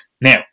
now